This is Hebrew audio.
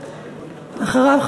ואחריו,